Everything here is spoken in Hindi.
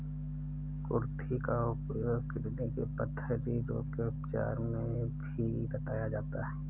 कुर्थी का उपयोग किडनी के पथरी रोग के उपचार में भी बताया जाता है